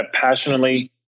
passionately